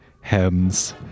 hems